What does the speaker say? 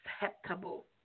acceptable